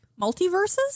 Multiverses